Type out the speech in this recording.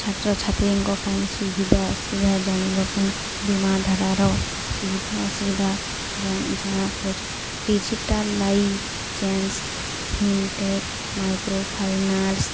ଛାତ୍ରଛାତ୍ରୀଙ୍କ ପାଇଁ ସୁବିଧା ଅସୁବିଧା ଜାଣିବା ପାଇଁ ବୀମାଧାରାର ସୁବିଧା ଅସୁବିଧା ଜଣାପଡ଼ୁଛି ଡିଜିଟାଲ୍ ଲାଇସେନ୍ସ ଫିନ୍ଟେକ୍ ମାଇକ୍ରୋଫାଇନାନ୍ସ